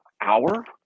hour